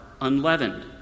unleavened